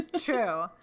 true